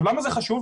למה זה חשוב?